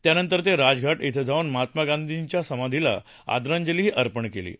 त्यानंतर ते राजघाट इथं जाऊन महात्मा गांधीजींच्या समाधीला आदरांजली अर्पण करणार आहेत